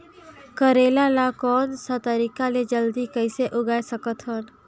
करेला ला कोन सा तरीका ले जल्दी कइसे उगाय सकथन?